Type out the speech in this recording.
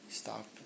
stop